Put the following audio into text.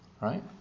Right